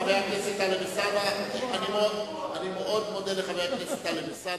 אני מאוד מודה לחבר הכנסת טלב אלסאנע,